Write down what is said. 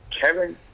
Kevin